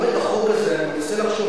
אני מנסה לחשוב,